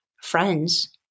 Friends